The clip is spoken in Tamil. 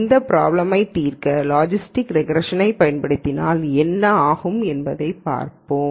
இந்த பிராப்ளமை தீர்க்க லாஜிஸ்டிக் ரெக்ரேஷனைப் பயன்படுத்தினால் என்ன ஆகும் என்று பார்ப்போம்